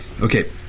Okay